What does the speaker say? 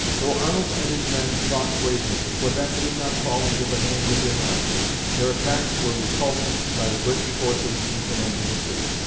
though arnold and his men fought bravely, quebec did not fall into the hands of the americans. their attacks were repulsed by the british forces in command of the city.